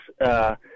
Yes